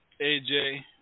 AJ